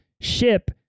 ship